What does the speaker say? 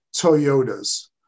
Toyotas